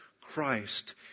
Christ